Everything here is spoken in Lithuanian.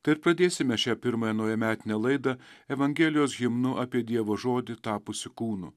tai ir pradėsime šią pirmąją naujametinę laidą evangelijos himnu apie dievo žodį tapusį kūnu